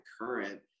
current